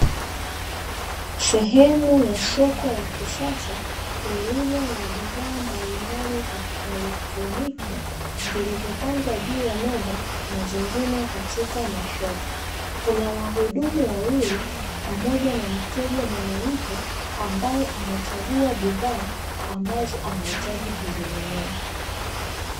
Sehemu ya soko la kisasa lililo na bidhaa mbalimbali za kielektroniki zilizopangwa juu ya meza na zingine katika mashelfu, kuna wahudumu wawili pamoja na mteja mwanamke ambaye anachagua bidhaa ambazo anahitaji kuzinunua.